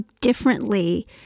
differently